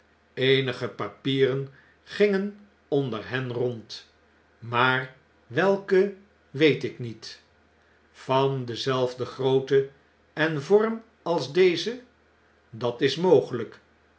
eenige papieren gingen onder hen rond maar welke weet ik niet van dezelfde grootte en vorm als deze dat is mogelgk